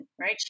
right